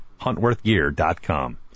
Huntworthgear.com